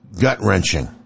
gut-wrenching